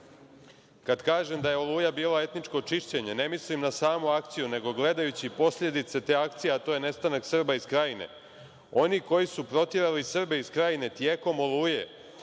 Kad kažem da je „Oluja“ bila etničko čišćenje ne mislim na samu akciju, nego gledajući poslijedice te akcija, a to je nestanak Srba iz Krajine. Oni koji su protjerali Srbe iz Krajine tjekom „Oluje“